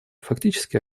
фактически